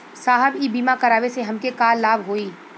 साहब इ बीमा करावे से हमके का लाभ होई?